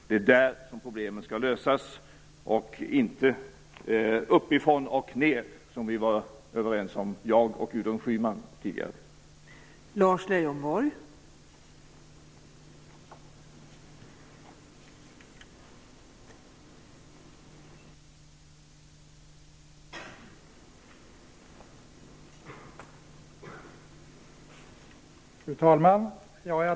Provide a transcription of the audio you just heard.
Det är där som problemen skall lösas, inte uppifrån och ned - som Gudrun Schyman och jag tidigare var överens om.